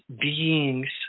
beings